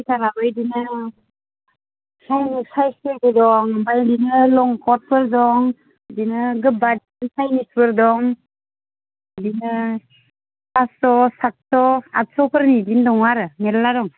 सुवेटाराबो बिदिनो फिसा साइजफोरबो दं ओमफ्राय बिदिनो लं कटफोर दं बिदिनो गोबा चाइनिसफोर दं बिदिनो फासस' सादस' आथस'फोरनि बिदिनो दङ आरो मेल्ला दं